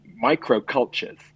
micro-cultures